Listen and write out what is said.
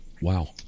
Wow